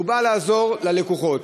הוא בא לעזור ללקוחות.